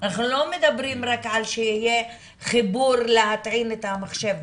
אנחנו לא מדברים רק על שיהיה חיבור להטעין את המחשב.